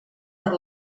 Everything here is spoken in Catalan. per